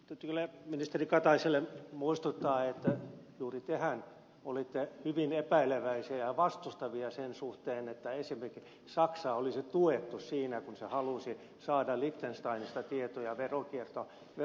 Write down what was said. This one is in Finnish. täytyy kyllä ministeri kataiselle muistuttaa että juuri tehän olitte hyvin epäileväisiä ja vastustavia sen suhteen että ensinnäkin saksaa olisi tuettu siinä kun se halusi saada liechtensteinista tietoja veronkierron estämiseksi